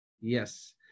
Yes